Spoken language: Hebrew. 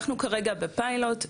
אנחנו כרגע בפיילוט,